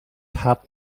hub